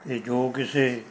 ਅਤੇ ਜੋ ਕਿਸੇ